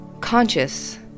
conscious